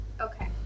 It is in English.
Okay